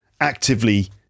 actively